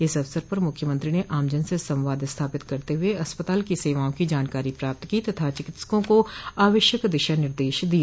इस अवसर पर मुख्यमंत्री ने आमजन से संवाद स्थापित करते हुए अस्पताल की सेवाओं की जानकारी प्राप्त की तथा चिकित्सकों को आवश्यक दिशा निर्देश दिए